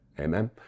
Amen